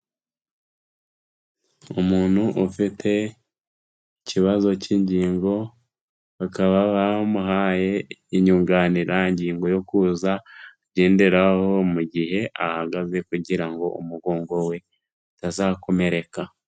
Umuntu ufite ikibazo cy'ingingo, bakaba bamuhaye inyunganirangingo yo kuza agenderaho mu gihe ahagaze kugira ngo umugongo we utazakomereka.